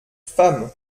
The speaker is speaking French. femme